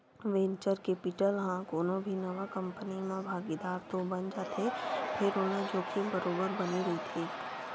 venture capital ह कोनो भी नवा कंपनी म भागीदार तो बन जाथे फेर ओला जोखिम बरोबर बने रहिथे